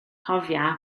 cofia